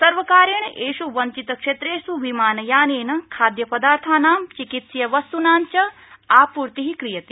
सर्वकारेण प्रि वंचितक्षेत्रेष् विमानयानेन खाद्य पदार्थानां चिकित्सकीय वस्तूनां च आपूर्ति क्रियते